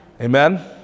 Amen